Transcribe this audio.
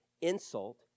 insult